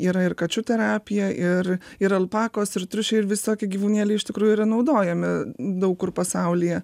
yra ir kačių terapija ir ir alpakos ir triušiai ir visokie gyvūnėliai iš tikrųjų yra naudojami daug kur pasaulyje